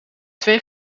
twee